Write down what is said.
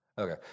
Okay